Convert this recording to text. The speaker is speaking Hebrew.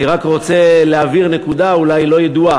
אני רק רוצה להבהיר נקודה, אולי היא לא ידועה.